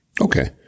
Okay